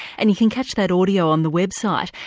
and you can catch that audio on the website.